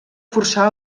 forçar